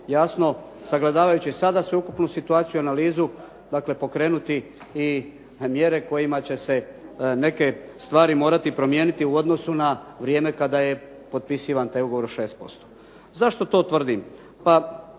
jasno, sagledavajući sada sveukupnu situaciju i analizu dakle pokrenuti i mjere kojima će se neke stvari morati promijeniti u odnosu na vrijeme kada je potpisivan taj ugovor o 6%. Zašto to tvrdim?